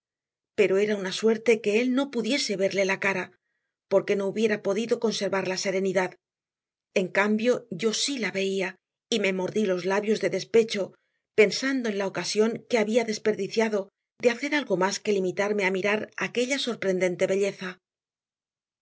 pero era una suerte que él no pudiese verle la cara porque no hubiera podido conservar la serenidad en cambio yo sí la veía y me mordí los labios de despecho pensando en la ocasión que había desperdiciado de hacer algo más que limitarme a mirar aquella sorprendente belleza